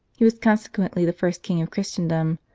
he was consequently the first king of christendom,